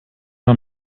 man